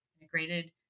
integrated